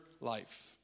life